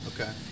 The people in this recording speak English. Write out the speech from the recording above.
Okay